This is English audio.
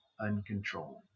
uncontrolled